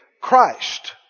Christ